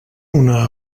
una